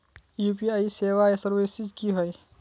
UPI सेवाएँ या services की होय?